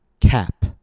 CAP